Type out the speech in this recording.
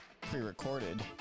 pre-recorded